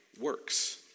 works